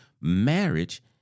marriage